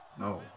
No